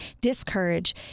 discourage